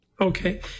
Okay